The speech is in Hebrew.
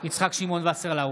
יצחק שמעון וסרלאוף,